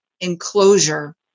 enclosure